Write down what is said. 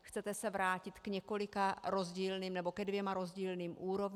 Chcete se vrátit k několika rozdílným, nebo ke dvěma rozdílným úrovním?